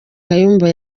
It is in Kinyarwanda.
kayumba